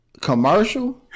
commercial